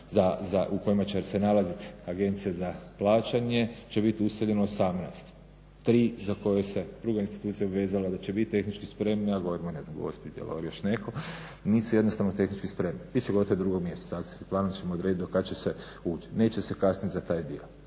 u kojima će se nalaziti agencije za plaćanje će biti useljeno 18. 3 za koje se druga institucija obvezala da će biti tehnički spremna, a govorimo o ne znam o …/Govornik se ne razumije./… već neko nisu jednostavno tehnički spremni. Bit će gotovi do 2 mjeseca. Akcijski planovi će mu odredit do kad će se ući, neće se kasnit za taj dio.